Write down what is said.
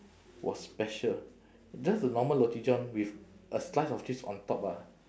was special just the normal roti john with a slice of cheese on top ah